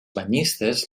banyistes